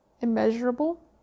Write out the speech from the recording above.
immeasurable